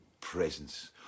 presence